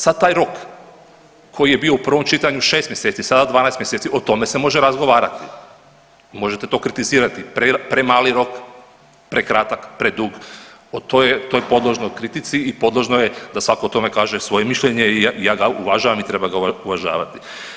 Sad taj rok koji je bio u prvom čitanju 6 mjeseci, sada 12 mjeseci o tome se može razgovarati, možete to kritizirati premali rok, prekratak, predug to je podložno kritici i podložno je da svako o tome kaže svoje mišljenje i ja ga uvažavam i treba ga uvažavati.